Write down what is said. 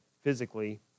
physically